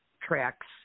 tracks